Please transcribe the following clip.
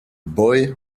boy